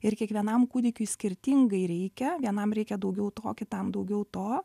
ir kiekvienam kūdikiui skirtingai reikia vienam reikia daugiau to kitam daugiau to